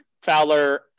Fowler